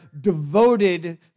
devoted